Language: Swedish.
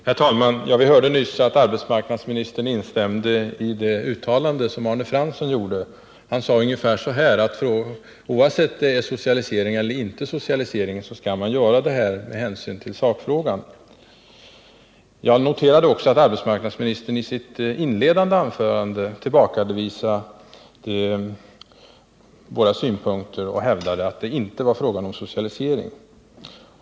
Herr talman! Vi hörde nyss att arbetsmarknadsministern instämde i det uttalande som Arne Fransson gjort. Han sade ungefär så här: Oavsett socialisering eller inte socialisering skall man avgöra detta med hänsyn till sakfrågan. Jag noterade också att arbetsmarknadsministern i sitt inledande anförande tillbakavisade våra synpunkter och hävdade att det inte var fråga om socialisering.